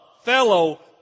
fellow